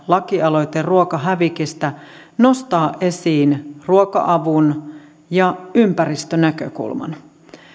lakialoite ruokahävikistä nostaa esiin ruoka avun ja ympäristönäkökulman